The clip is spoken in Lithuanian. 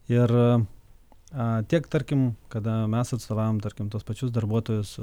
ir tiek tarkim kada mes atstovaujam tarkim tuos pačius darbuotojus